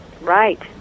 Right